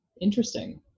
interesting